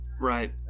right